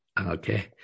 Okay